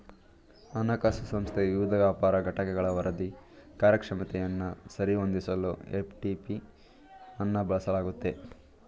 ಹಣಕಾಸು ಸಂಸ್ಥೆ ವಿವಿಧ ವ್ಯಾಪಾರ ಘಟಕಗಳ ವರದಿ ಕಾರ್ಯಕ್ಷಮತೆಯನ್ನ ಸರಿ ಹೊಂದಿಸಲು ಎಫ್.ಟಿ.ಪಿ ಅನ್ನ ಬಳಸಲಾಗುತ್ತೆ